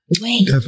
Wait